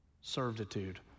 servitude